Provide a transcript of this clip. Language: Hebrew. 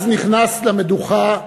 אז נכנס למדוכה שר,